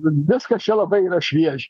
viskas čia labai šviežia